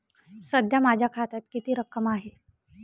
सध्या माझ्या खात्यात किती रक्कम आहे?